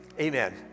Amen